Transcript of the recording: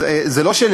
אז זה לא,